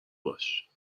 باش